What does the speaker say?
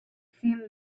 seemed